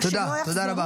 תודה, תודה רבה.